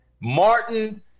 Martin